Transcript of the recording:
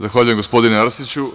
Zahvaljujem, gospodine Arsiću.